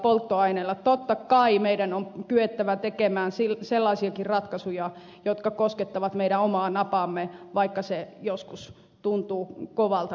eli totta kai meidän on kyettävä tekemään tässä talossa joka lämpenee fossiilisilla polttoaineilla sellaisiakin ratkaisuja jotka koskettavat meidän omaa napaamme vaikka se joskus tuntuu kovalta